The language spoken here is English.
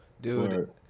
Dude